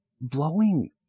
blowing